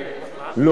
לא.